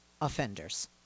offenders